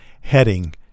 heading